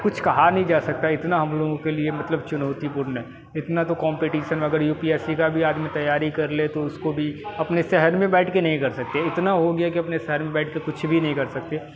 कुछ कहा नहीं जा सकता इतना हम लोगों के लिए मतलब चुनौतीपूर्ण है इतना तो कॉम्पेटीसन अगर यू पी एस सी का भी आदमी तैयारी कर ले तो उसको भी अपने शहर में बैठके नहीं कर सकते इतना हो गया है अपने शहर में बैठके कुछ भी नहीं कर सकते